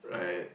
right